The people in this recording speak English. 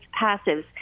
passives